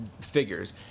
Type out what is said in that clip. figures